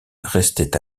restaient